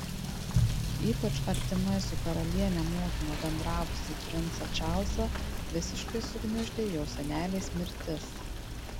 ypač artimai su karaliene motina bendravusį princą čarlzą visiškai sugniuždė jo senelės mirtis